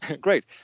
great